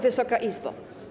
Wysoka Izbo!